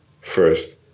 first